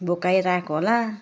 भोकाएर आएको होला